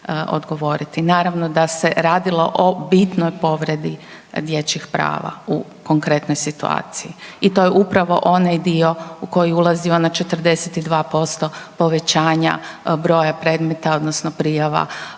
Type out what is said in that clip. Naravno da se radilo o bitnoj povredi dječjih prava u konkretnoj situaciji i to je upravo onaj dio u koji ulazi onih 42% povećanja broja predmeta odnosno prijava koje